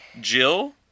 Jill